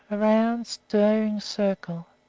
a round, staring circle,